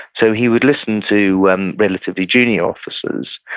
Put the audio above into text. so, he would listen to and relatively junior officers,